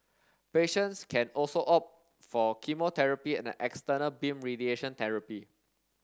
patients can also opt for chemotherapy and external beam radiation therapy